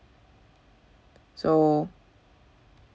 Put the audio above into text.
so